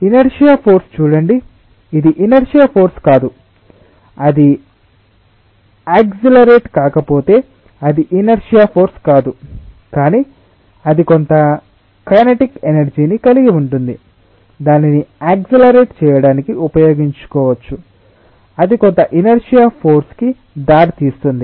inertia ఫోర్స్ని చూడండి ఇది ఇనర్శియా ఫోర్స్ కాదు అది అక్జిలరేట్ కాకపోతే అది ఇనర్శియా ఫోర్స్ కాదు కానీ అది కొంత కైనెటిక్ ఎనర్జీ ని కలిగి ఉంటుంది దానిని అక్జిలరేట్ చేయడానికి ఉపయోగించుకోవచ్చు అది కొంత ఇనర్శియా ఫోర్స్కి దారితీసింది